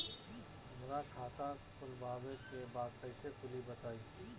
हमरा खाता खोलवावे के बा कइसे खुली बताईं?